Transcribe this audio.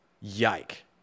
yike